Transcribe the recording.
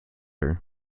her